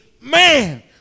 man